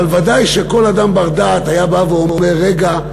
אבל ודאי שכל אדם בר-דעת היה בא ואומר: רגע,